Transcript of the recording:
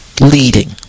leading